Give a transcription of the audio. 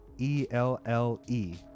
E-L-L-E